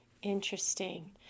Interesting